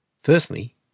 Firstly